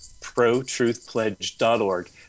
protruthpledge.org